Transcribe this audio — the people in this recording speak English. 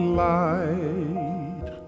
light